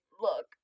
look